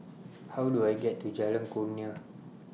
How Do I get to Jalan Kurnia